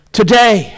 today